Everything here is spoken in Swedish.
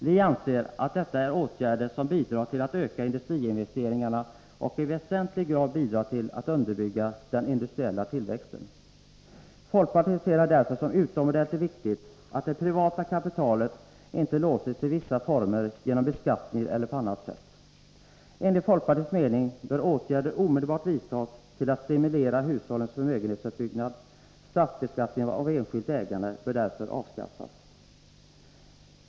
Vi anser att detta är åtgärder som bidrar till att öka industriinvesteringarna och i väsentlig grad bidrar till att underbygga den industriella tillväxten. Folkpartiet ser det därför som utomordentligt viktigt att det privata kapitalet inte låses i vissa former genom beskattning eller på annat sätt. Enligt folkpartiets mening bör åtgärder omedelbart vidtas till att stimulera hushållens förmögenhetsuppbyggnad. Straffbeskattningen av enskilt ägande bör därför avskaffas.